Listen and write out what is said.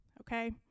okay